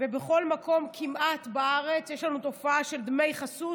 וכמעט בכל מקום בארץ יש לנו תופעה של דמי חסות,